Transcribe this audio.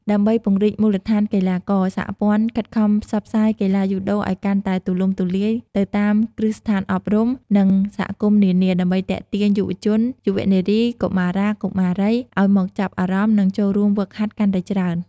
ដើម្បីពង្រីកមូលដ្ឋានកីឡាករ សហព័ន្ធខិតខំផ្សព្វផ្សាយកីឡាយូដូឲ្យកាន់តែទូលំទូលាយទៅតាមគ្រឹះស្ថានអប់រំ និងសហគមន៍នានា ដើម្បីទាក់ទាញយុវជន យុវនារី កុមារា កុមារី ឲ្យមកចាប់អារម្មណ៍ និងចូលរួមហ្វឹកហាត់កាន់តែច្រើន ។